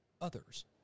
others